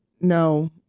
No